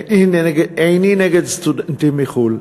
שאיני נגד סטודנטים מחו"ל.